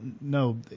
no